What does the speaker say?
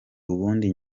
ubundi